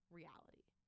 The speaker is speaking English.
reality